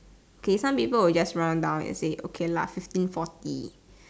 K some people will just round down and say okay lah fifteen forty